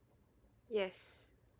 yes